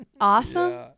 Awesome